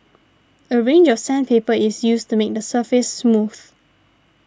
a range of sandpaper is used to make the surface smooth